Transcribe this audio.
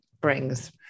brings